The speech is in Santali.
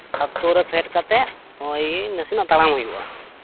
ᱥᱟᱛ ᱛᱚᱲᱨᱮ ᱯᱷᱮᱰ ᱠᱟᱛᱮᱜ ᱳᱭ ᱱᱟᱥᱮᱱᱟᱜ ᱛᱟᱲᱟᱢ ᱦᱩᱭᱩᱜᱼᱟ